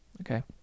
okay